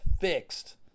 fixed